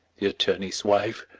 the attorney's wife,